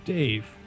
Dave